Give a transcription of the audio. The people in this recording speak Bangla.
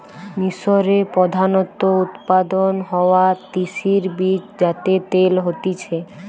মিশরে প্রধানত উৎপাদন হওয়া তিসির বীজ যাতে তেল হতিছে